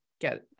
get